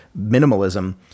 minimalism